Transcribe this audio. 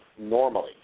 normally